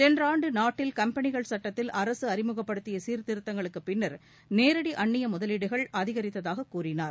சென்ற ஆண்டு நாட்டில் கம்பெனிகள் சுட்டதில் அரசு அறிமுகப்படுத்திய சீர்திருத்தங்களுக்குப் பின்னர் நேரடி அந்நிய முதலீடுகள் அதிகரித்ததாக கூறினார்